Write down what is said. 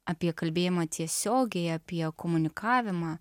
apie kalbėjimą tiesiogiai apie komunikavimą